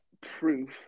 proof